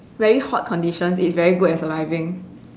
very hot conditions it's very good at surviving